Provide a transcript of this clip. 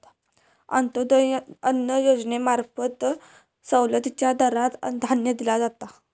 अंत्योदय अन्न योजनेंमार्फत सवलतीच्या दरात धान्य दिला जाता